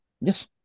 Yes